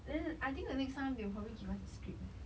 then I think the next time they will probably give us a script eh